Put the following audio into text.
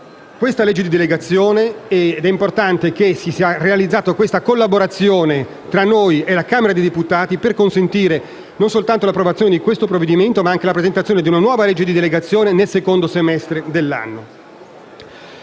esame ed è importante che si sia realizzata questa collaborazione tra noi e la Camera dei deputati, per consentire non soltanto l'approvazione del provvedimento, ma anche la presentazione di una nuova legge di delegazione, nel secondo semestre dell'anno.